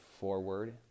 forward